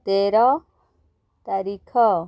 ତେର ତାରିଖ